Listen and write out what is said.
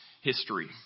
history